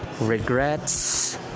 Regrets